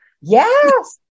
Yes